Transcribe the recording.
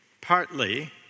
partly